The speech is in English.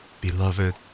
beloved